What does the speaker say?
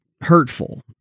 hurtful